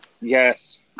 Yes